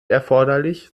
erforderlich